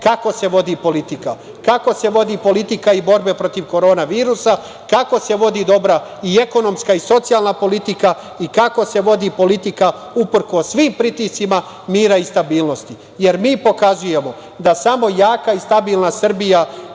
kako se vodi politika. Kako se vodi politika i borbe protiv korona virusa, kako se vodi dobra i ekonomska i socijalna politika i kako se vodi politika uprkos svim pritiscima mira i stabilnosti. Mi pokazujemo da samo jaka i stabilna Srbija